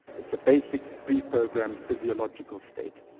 it's a basic, pre-programmed physiological state.